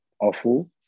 awful